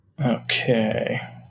Okay